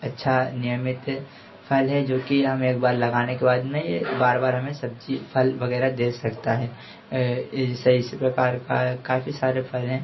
अच्छा नियमित फल है जो कि हम एक बार लगाने के बाद में यह बार बार हमें सब्जी फल वगैरह दे सकता है इस प्रकार का काफ़ी सारे फल हैं